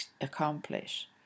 accomplish